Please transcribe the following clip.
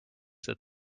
that